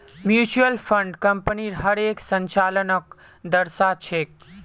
mutual fund कम्पनीर हर एक संचालनक दर्शा छेक